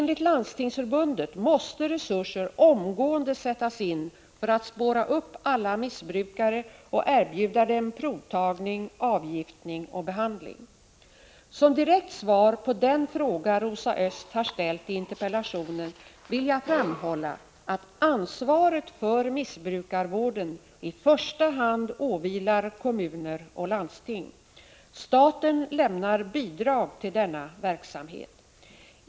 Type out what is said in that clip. Enligt Landstingsförbundet måste resurser omgående sättas in för att spåra upp alla missbrukare och erbjuda dem provtagning, avgiftning och behandling. Som direkt svar på den fråga Rosa Östh har ställt i interpellationen vill jag framhålla att ansvaret för missbrukarvården i första hand åvilar kommuner och landsting. Staten lämnar bidrag till denna verksamhet.